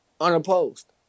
unopposed